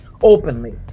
Openly